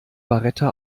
beretta